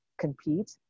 compete